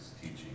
teaching